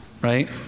Right